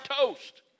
toast